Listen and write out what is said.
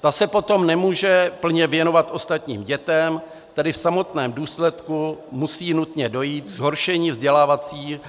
Ta se potom nemůže plně věnovat ostatním dětem, tedy v samotném důsledku musí nutně dojít k zhoršení